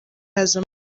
hazamo